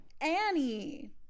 Annie